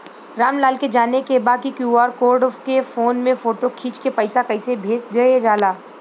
राम लाल के जाने के बा की क्यू.आर कोड के फोन में फोटो खींच के पैसा कैसे भेजे जाला?